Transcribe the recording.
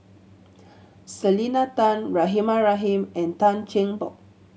Selena Tan Rahimah Rahim and Tan Cheng Bock